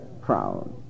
proud